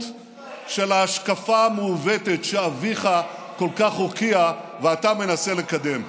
של ההשקפה המעוותת שאביך כל כך הוקיע ואתה מנסה לקדם.